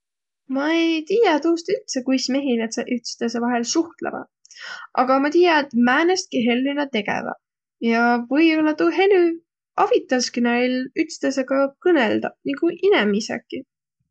Ma ei tiiäq tuust üldse, kuis mehilädseq ütstõõsõ vaihel suhtlõvaq, aga ma tiiä, et määnestki hellü nä tegeväq. Ja või-ollaq tuu helü avitas näil ütstõõsõga kõnõldaq. Nigu inemiseki.